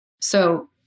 So-